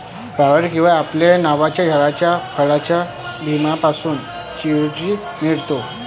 पायर किंवा पायल नावाच्या झाडाच्या फळाच्या बियांपासून चिरोंजी मिळतात